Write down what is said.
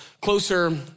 closer